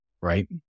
right